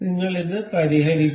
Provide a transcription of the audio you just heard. നിങ്ങൾ ഇത് പരിഹരിക്കും